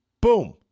Boom